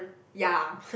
ya